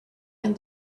and